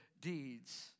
deeds